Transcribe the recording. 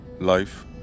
life